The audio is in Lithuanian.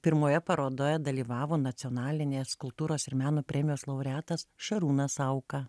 pirmoje parodoje dalyvavo nacionalinės kultūros ir meno premijos laureatas šarūnas sauka